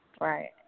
Right